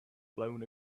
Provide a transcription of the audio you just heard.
blown